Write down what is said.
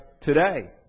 today